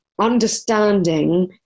understanding